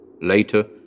Later